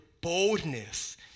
boldness